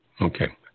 Okay